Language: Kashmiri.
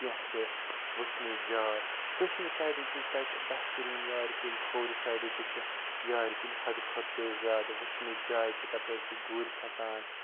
کیٚنٛہہ چھِ وٕچھنٕچ جاے دٔچھنہِ سایڈٕ تہِ چھِ تَتہِ بہتریٖن یارِ کُلۍ کھوٚورِ سایڈٕ تہِ چھِ یارِ کُلۍ حدٕ کھۄتہٕ تہِ زیادٕ وٕچھنٕچ جاے چھِ تَپٲرۍ چھِ گُرۍ کھسان